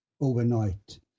overnight